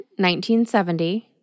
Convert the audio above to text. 1970